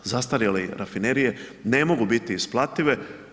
Zastarjele rafinerije ne mogu biti isplative.